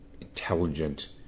intelligent